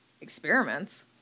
experiments